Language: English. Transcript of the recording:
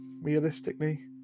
realistically